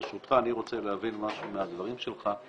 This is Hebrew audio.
ברשותך, אני רוצה להבין משהו מהדברים שלך.